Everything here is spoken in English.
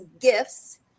gifts